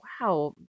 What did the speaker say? wow